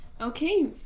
okay